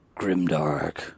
Grimdark